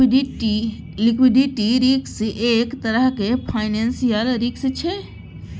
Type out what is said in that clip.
liquidity risk एक तरहक financial risk छै